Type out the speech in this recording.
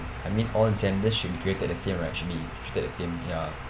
I mean all gender should be created the same right should be treated the same ya